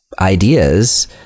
ideas